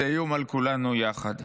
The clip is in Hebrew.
זה איום על כולנו יחד.